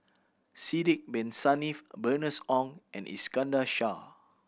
Sidek Bin Saniff Bernice Ong and Iskandar Shah